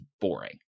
boring